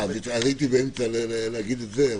הייתי באמצע להגיד את זה.